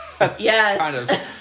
Yes